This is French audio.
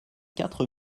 quatre